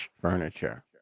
furniture